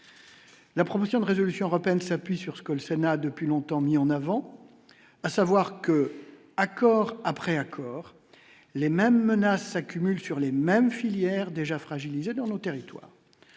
La promotion de résolution européenne s'appuie sur ce que le Sénat depuis longtemps mis en avant, à savoir que l'accord après accord, les mêmes menaces s'accumulent sur les mêmes filières déjà fragilisés dans nos territoires,